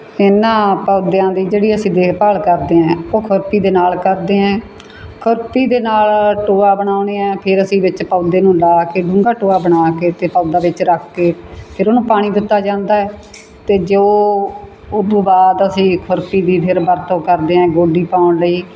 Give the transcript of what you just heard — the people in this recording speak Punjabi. ਇਹਨਾਂ ਪੌਦਿਆਂ ਦੀ ਜਿਹੜੀ ਅਸੀਂ ਦੇਖਭਾਲ ਕਰਦੇ ਹਾਂ ਉਹ ਖੁਰਪੀ ਦੇ ਨਾਲ ਕਰਦੇ ਹੈ ਖੁਰਪੀ ਦੇ ਨਾਲ ਟੋਆ ਬਣਾਉਂਦੇ ਹਾਂ ਫਿਰ ਅਸੀਂ ਵਿੱਚ ਪੌਦੇ ਨੂੰ ਲਾ ਕੇ ਡੂੰਘਾ ਟੋਆ ਬਣਾ ਕੇ ਅਤੇ ਪੌਦਾ ਵਿੱਚ ਰੱਖ ਕੇ ਫਿਰ ਉਹਨੂੰ ਪਾਣੀ ਦਿੱਤਾ ਜਾਂਦਾ ਹੈ ਅਤੇ ਜੋ ਉਹ ਉਦੋਂ ਬਾਅਦ ਅਸੀਂ ਖੁਰਪੀ ਦੀ ਫਿਰ ਵਰਤੋਂ ਕਰਦੇ ਹਾਂ ਗੋਡੀ ਪਾਉਣ ਲਈ